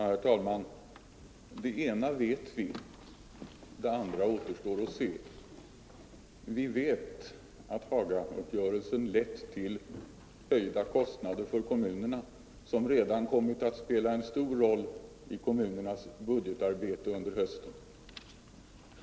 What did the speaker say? Herr talman! Det ena vet vi, det andra återstår att se. Vi vet att Hagauppgörelsen lett till höjda kostnader för kommunerna, något som redan kommit att spela en stor roll under kommunernas budgetarbete under hösten.